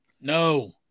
No